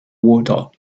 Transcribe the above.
water